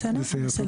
בסדר?